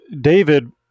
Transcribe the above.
David